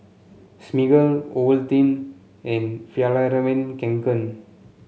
Smiggle Ovaltine and Fjallraven Kanken